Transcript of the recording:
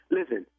Listen